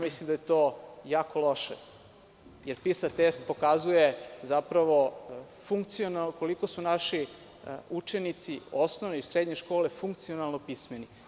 Mislim da je to jako loše, jer PISA test pokazuje zapravo koliko su naši učenici osnovne i srednje škole funkcionalno pismeni.